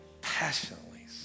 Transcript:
passionately